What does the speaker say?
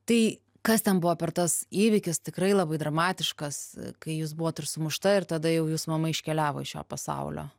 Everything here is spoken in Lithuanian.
tai kas ten buvo per tas įvykis tikrai labai dramatiškas kai jūs buvot ir sumušta ir tada jau jūsų mama iškeliavo iš šio pasaulio